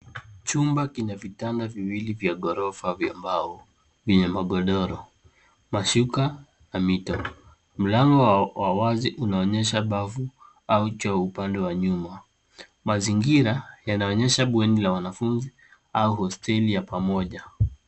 Chumba kina vitanda viwili vya gorofa vya mbao vyenye magodoro, mashuka na mito. Mlango wa wazi unaonyesha bafu au choo upande wa nyuma. Mazingira yanaonyesha bweni la wanafunzi au hosteli ya pamoja.